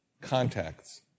contacts